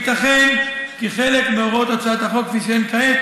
וייתכן כי חלק מהוראות הצעת החוק כפי שהן כעת